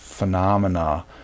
Phenomena